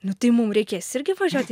nu tai mum reikės irgi važiuoti